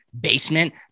basement